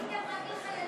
אולי ניתן רק לחיילים?